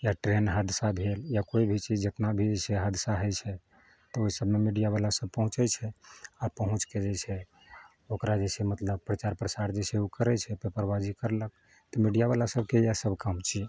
या ट्रेन हादसा भेल या कोइ भी चीज जेतना भी जे छै हादसा होइ छै तऽ ओहिसबमे मीडिआ बला सब पहुँचै छै आ पहुँचके जे छै ओकरा जे छै मतलब प्रचार प्रसार जे छै ओ करै छै पेपरबाजी ओ करलक तऽ मीडिआबला सबके इएह सब काम छियै